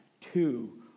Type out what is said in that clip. two